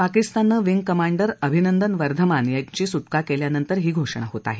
पाकिस्ताननं wing commander Abhinandan Varthaman यांची सुटका केल्यानंतर ही घोषणा होत आहे